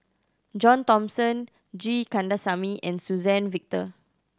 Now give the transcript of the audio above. John Thomson G Kandasamy and Suzann Victor